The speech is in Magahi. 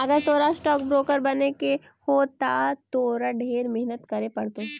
अगर तोरा स्टॉक ब्रोकर बने के हो त तोरा ढेर मेहनत करे पड़तो